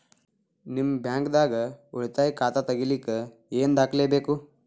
ನಿಮ್ಮ ಬ್ಯಾಂಕ್ ದಾಗ್ ಉಳಿತಾಯ ಖಾತಾ ತೆಗಿಲಿಕ್ಕೆ ಏನ್ ದಾಖಲೆ ಬೇಕು?